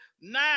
Now